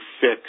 fix